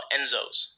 Enzo's